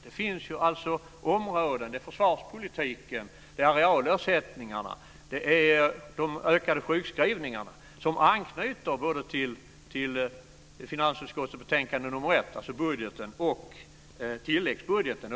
Det finns områden - det är försvarspolitiken, arealersättningarna och de ökade sjukskrivningarna - som anknyter både till finansutskottets betänkande nr 1, dvs. budgeten, och tilläggsbudgeten.